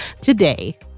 today